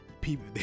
people